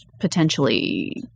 potentially